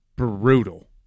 brutal